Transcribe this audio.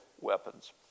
weapons